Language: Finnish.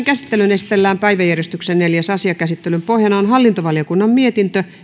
käsittelyyn esitellään päiväjärjestyksen neljäs asia käsittelyn pohjana on hallintovaliokunnan mietintö